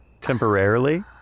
temporarily